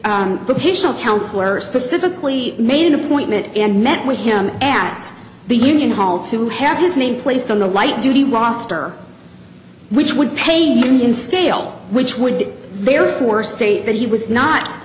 provisional council or specifically made an appointment and met with him at the union hall to have his name placed on the light duty roster which would pay union scale which would therefore state that he was not